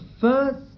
first